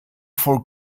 for